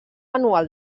anual